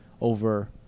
over